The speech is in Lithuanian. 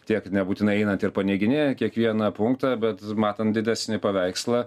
tiek nebūtinai einant ir paneiginėja kiekvieną punktą bet matant didesnį paveikslą